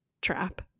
trap